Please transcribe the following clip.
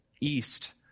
east